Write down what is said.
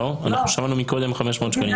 אנחנו שמענו מקודם 500 שקלים.